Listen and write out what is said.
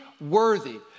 worthy